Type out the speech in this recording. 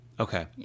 Okay